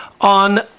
on